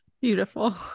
Beautiful